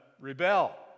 rebel